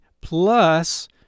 plus